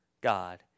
God